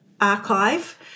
archive